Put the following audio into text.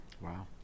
Wow